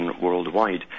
worldwide